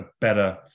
better